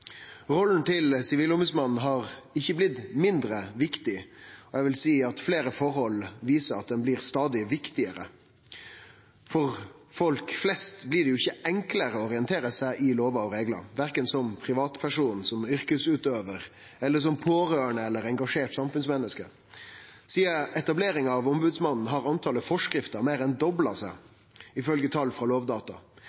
Rolla til Sivilombodsmannen har ikkje blitt mindre viktig. Eg vil seie at fleire forhold viser at ho blir stadig viktigare. For folk flest blir det jo ikkje enklare å orientere seg i lover og reglar, verken som privatperson, yrkesutøvar, pårørande eller engasjert samfunnsmenneske. Sidan etableringa av Ombodsmannen har talet på forskrifter meir enn dobla seg,